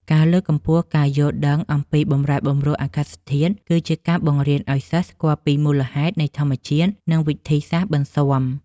ការលើកកម្ពស់ការយល់ដឹងអំពីបម្រែបម្រួលអាកាសធាតុ គឺជាការបង្រៀនឱ្យសិស្សស្គាល់ពីមូលហេតុនៃធម្មជាតិ និង វិធីសាស្ត្របន្សុាំ។